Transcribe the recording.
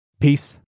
Peace